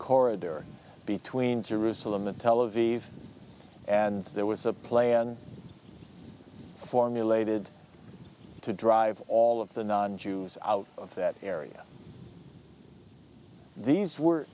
corridor between jerusalem and tel aviv and there was a play on formulated to drive all of the non jews out of that area these were